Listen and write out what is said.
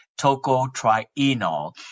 tocotrienol